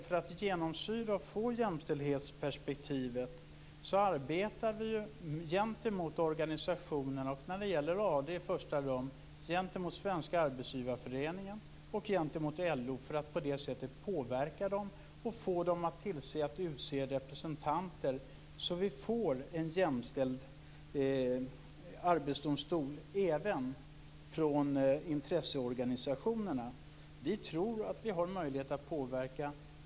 För att jämställdhetsperspektivet skall få genomslag arbetar vi gentemot organisationerna. När det gäller AD är det i första hand gentemot Svenska Arbetsgivareföreningen och gentemot LO, för att vi på det sättet skall påverka dem och få dem att utse representanter så att även intresseorganisationerna bidrar till att göra Arbetsdomstolen jämställd. Vi tror att vi har möjlighet att påverka.